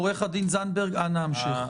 עו"ד זנדברג, אנא המשך.